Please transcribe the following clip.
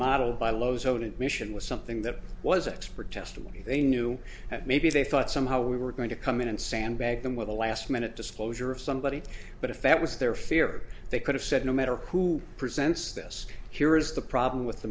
model by lowe's own admission was something that was expert testimony they knew that maybe they thought somehow we were going to come in and sandbag them with a last minute disclosure of somebody but if it was their fear they could have said no matter who presents this here's the problem with the